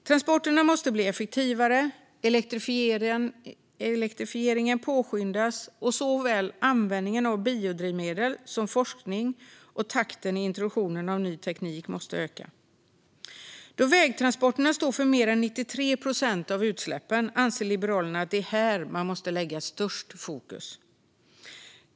Transporterna måste bli effektivare, elektrifieringen påskyndas och såväl användningen av biodrivmedel som forskning och takten i introduktionen av ny teknik måste öka. Då vägtransporterna står för mer än 93 procent av utsläppen anser Liberalerna att det är där man måste lägga störst fokus.